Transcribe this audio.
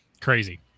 Crazy